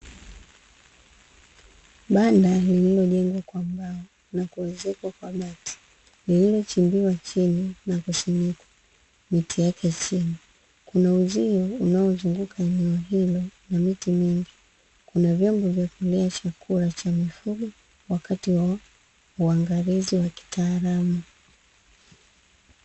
Banda lililojengwa kwa mbao na kuezekwa kwa bati, lililochimbiwa chini na kusimikwa miti yake chini. Kuna uzio unao zunguka eneo hilo na miti mingi, kuna vyombo vya kulia chakula cha mifugo wakati wa uangalizi wakitaalamu